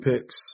picks